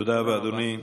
תודה רבה, אדוני.